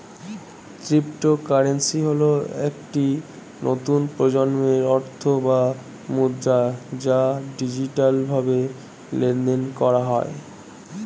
cryptocurrency হল একটি নতুন প্রজন্মের অর্থ বা মুদ্রা যা ডিজিটালভাবে লেনদেন করা হয়